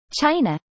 China